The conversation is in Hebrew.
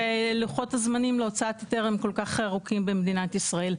שלוחות הזמנים להוצאת היתר הם כל כך ארוכים במדינת ישראל.